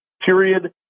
Period